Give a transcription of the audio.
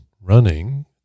running